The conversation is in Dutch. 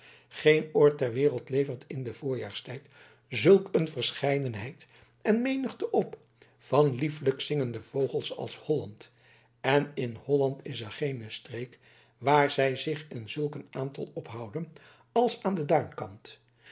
geen oord ter wereld levert in den voorjaarstijd zulk een verscheidenheid en menigte op van lieflijk zingende vogels als holland en in holland is er geene streek waar zij zich in zulk een aantal ophouden als aan den duinkant